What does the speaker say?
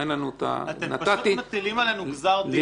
אתם פשוט מטילים עלינו גזר-דין מוות.